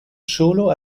solo